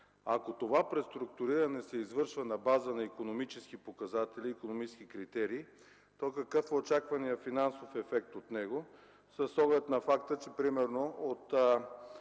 Ако това преструктуриране се извършва на база на икономически показатели, икономически критерии, то какъв е очакваният финансов ефект от него с оглед на факта, че примерно от